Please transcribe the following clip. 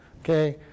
Okay